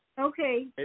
Okay